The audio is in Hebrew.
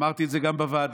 אמרתי את זה גם בוועדה.